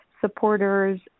supporters